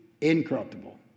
incorruptible